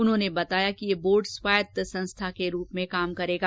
उन्होंने बताया कि यह बोर्ड स्वायत्त संस्था के रूप में काम करेगा